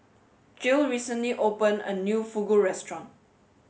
Jill recently opened a new Fugu restaurant